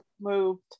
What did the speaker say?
moved